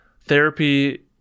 Therapy